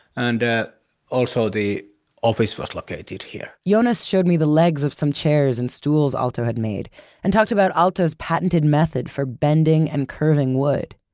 and also the office was located here. jonas showed me the legs of some chairs and stools aalto had made and talked about aalto's patented method for bending and curving wood.